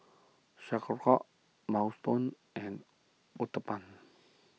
Minestrone and Uthapam